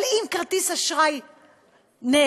אבל אם כרטיס אשראי אבד,